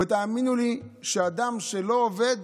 ותאמינו לי שאדם שלא עובד